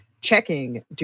checking